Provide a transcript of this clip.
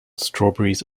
strawberries